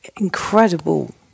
incredible